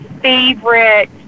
favorite